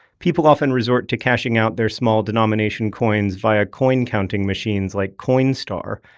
people often resort to cashing out their small-denomination coins via coin-counting machines like coinstar,